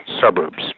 suburbs